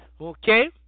okay